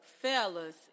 Fellas